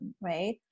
right